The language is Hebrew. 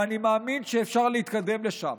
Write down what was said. ואני מאמין שאפשר להתקדם לשם.